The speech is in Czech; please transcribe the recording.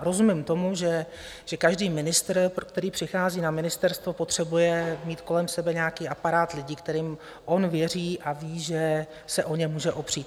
Rozumím tomu, že každý ministr, který přichází na ministerstvo, potřebuje mít kolem sebe nějaký aparát lidí, kterým on věří a ví, že se o ně může opřít.